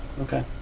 okay